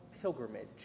pilgrimage